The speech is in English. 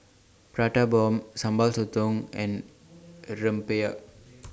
Prata Bomb Sambal Sotong and Rempeyek